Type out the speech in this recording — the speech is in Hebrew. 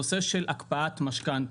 נושא של הקפאת משכנתא.